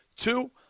Two